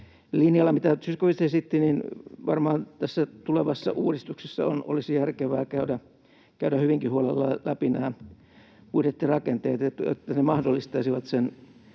linjalla, mitä Zyskowicz esitti, varmaan tässä tulevassa uudistuksessa olisi järkevää käydä hyvinkin huolella läpi nämä budjettirakenteet, niin että ne mahdollistaisivat sen